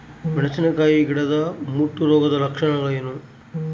ಮೆಣಸಿನಕಾಯಿ ಗಿಡದ ಮುಟ್ಟು ರೋಗದ ಲಕ್ಷಣಗಳೇನು?